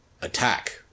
attack